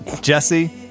Jesse